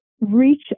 reach